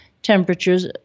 temperatures